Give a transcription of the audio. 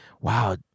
wow